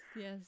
yes